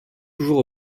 toujours